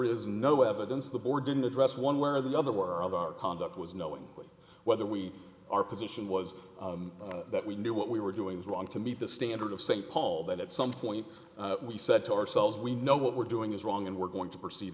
is no evidence the board didn't address one way or the other were of our conduct was knowing whether we our position was that we knew what we were doing was wrong to meet the standard of st paul that at some point we said to ourselves we know what we're doing is wrong and we're going to proceed